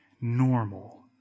normal